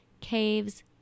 caves